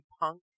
punk